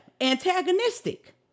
Antagonistic